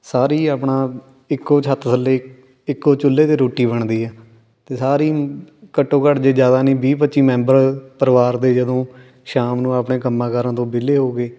ਸਾਰੇ ਹੀ ਆਪਣਾ ਇੱਕੋ ਛੱਤ ਥੱਲੇ ਇੱਕੋ ਚੁੱਲ੍ਹੇ 'ਤੇ ਰੋਟੀ ਬਣਦੀ ਹੈ ਅਤੇ ਸਾਰੇ ਹੀ ਘੱਟੋ ਘੱਟ ਜੇ ਜ਼ਿਆਦਾ ਨਹੀਂ ਵੀਹ ਪੱਚੀ ਮੈਂਬਰ ਪਰਿਵਾਰ ਦੇ ਜਦੋਂ ਸ਼ਾਮ ਨੂੰ ਆਪਣੇ ਕੰਮਾਂ ਕਾਰਾਂ ਤੋਂ ਵਿਹਲੇ ਹੋ ਕੇ